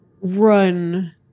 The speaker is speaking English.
Run